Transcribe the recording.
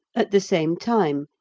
at the same time,